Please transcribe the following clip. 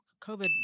COVID